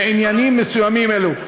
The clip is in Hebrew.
בעניינים מסוימים אלו.